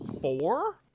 Four